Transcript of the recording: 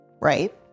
right